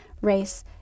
race